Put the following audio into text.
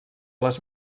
les